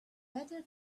better